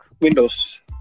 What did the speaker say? Windows